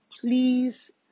please